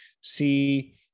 see